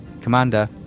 commander